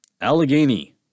Allegheny